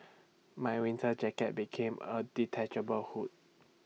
my winter jacket became with A detachable hood